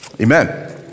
amen